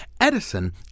Edison